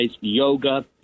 yoga